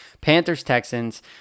Panthers-Texans